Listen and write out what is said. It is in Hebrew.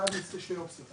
אחת משתי האופציות,